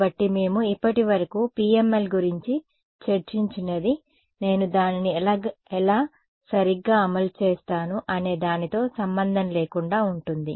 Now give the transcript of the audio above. కాబట్టి మేము ఇప్పటివరకు PML గురించి చర్చించినది నేను దానిని ఎలా సరిగ్గా అమలు చేస్తాను అనే దానితో సంబంధం లేకుండా ఉంటుంది